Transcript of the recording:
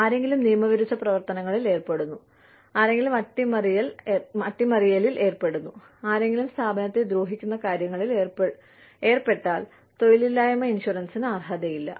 ആരെങ്കിലും നിയമവിരുദ്ധ പ്രവർത്തനങ്ങളിൽ ഏർപ്പെടുന്നു ആരെങ്കിലും അട്ടിമറിയിൽ ഏർപ്പെടുന്നു ആരെങ്കിലും സ്ഥാപനത്തെ ദ്രോഹിക്കുന്ന കാര്യങ്ങളിൽ ഏർപ്പെട്ടാൽ തൊഴിലില്ലായ്മ ഇൻഷുറൻസിന് അർഹതയില്ല